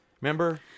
remember